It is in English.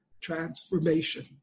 transformation